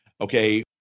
okay